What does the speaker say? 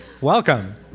Welcome